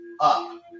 Up